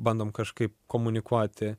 bandom kažkaip komunikuoti